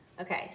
Okay